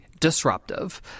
Disruptive